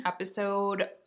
episode